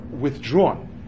withdrawn